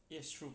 yes true